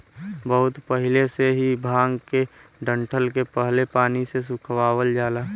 बहुत पहिले से ही भांग के डंठल के पहले पानी से सुखवावल जाला